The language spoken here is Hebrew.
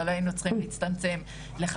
אבל היינו צריכים להצטמצם ל-50,